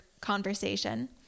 conversation